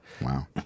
Wow